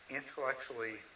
intellectually